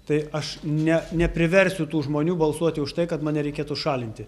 tai aš ne nepriversiu tų žmonių balsuoti už tai kad mane reikėtų šalinti